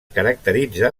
caracteritza